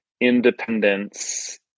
independence